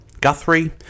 guthrie